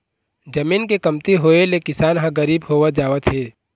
जमीन के कमती होए ले किसान ह गरीब होवत जावत हे